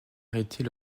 arrêter